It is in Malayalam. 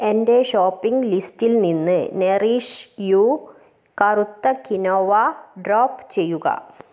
എന്റെ ഷോപ്പിംഗ് ലിസ്റ്റിൽ നിന്ന് നറീഷ് യൂ കറുത്ത കിനോവ ഡ്രോപ്പ് ചെയ്യുക